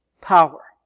power